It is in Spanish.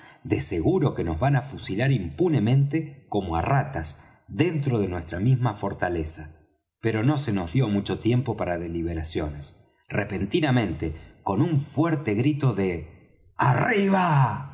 de seguro que nos van á fusilar impunemente como á ratas dentro de nuestra misma fortaleza pero no se nos dió mucho tiempo para deliberaciones repentinamente con un fuerte grito de arriba